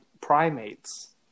primates